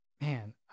man